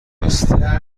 است